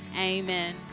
Amen